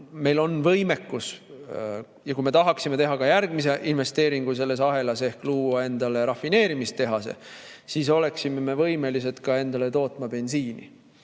meil on võimekus. Ja kui me tahaksime teha järgmise investeeringu selles ahelas ehk luua endale rafineerimistehase, siis oleksime võimelised endale tootma ka bensiini